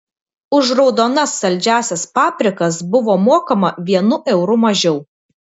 už raudonas saldžiąsias paprikas buvo mokama vienu euru mažiau